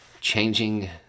changing